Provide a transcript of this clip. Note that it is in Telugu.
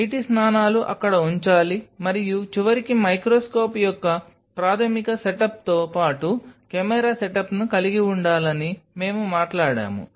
నీటి స్నానాలు అక్కడ ఉంచాలి మరియు చివరికి మైక్రోస్కోప్ యొక్క ప్రాథమిక సెటప్తో పాటు కెమెరా సెటప్ను కలిగి ఉండాలని మేము మాట్లాడాము